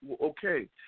okay